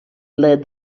led